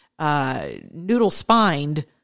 noodle-spined